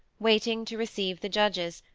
waiting to receive the judges,